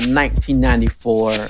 1994